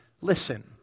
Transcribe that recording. listen